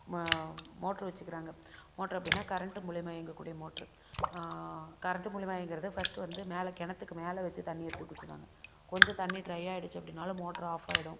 ம மோட்ரு வச்சிக்கிறாங்க மோட்ரு அப்படின்னா கரண்ட்டு மூலியமாக இயங்கக்கூடிய மோட்ரு கரண்ட்டு மூலியமாக இயங்கறது ஃபர்ஸ்ட்டு வந்து மேலே கிணத்துக்கு மேலே வச்சி தண்ணி எடுத்து விட்டுட்ருந்தாங்க கொஞ்சம் தண்ணி ட்ரை ஆயிடுச்சு அப்படின்னாலும் மோட்ரு ஆஃப் ஆயிடும்